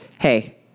hey